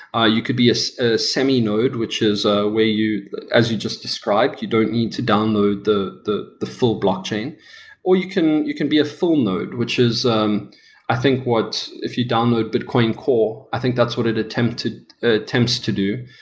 ah you could be a semi node, which is a way you as you just described, you don't need to download the the full blockchain. or you can you can be a full node, which is um i think what if you download bitcoin core, i think that's what it attempts to attempts to do.